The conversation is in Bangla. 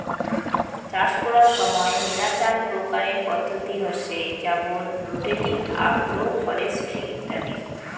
চাষ করার সময় মেলাচান প্রকারের পদ্ধতি হসে যেমন রোটেটিং, আগ্রো ফরেস্ট্রি ইত্যাদি